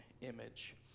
image